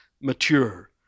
mature